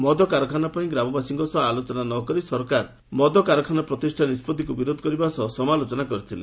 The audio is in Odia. ମଦ କାରଖାନା ପାଇଁ ଗ୍ରାମବାସୀଙ୍କ ସହ ଆଲୋଚନା ନକରି ସରକାରଙ୍କ ମଦ କାରଖାନା ନିଷ୍ବଭିକୁ ବିରୋଧ କରିବା ସହ ସମାଲୋଚନା କରିଥିଲେ